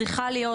צריכה להיות,